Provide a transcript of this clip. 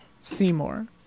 Seymour